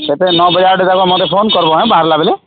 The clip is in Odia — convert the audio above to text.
ସେଇଠି ନଅ ବଜେ ମୋତେ ଫୋନ୍ କରବୁ ଆଃ ବାହାରଲା ବେଲେ